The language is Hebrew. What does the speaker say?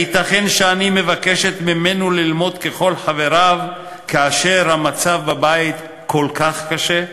הייתכן שאני מבקשת ממנו ללמוד ככל חבריו כאשר המצב בבית כל כך קשה?